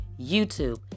YouTube